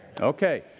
Okay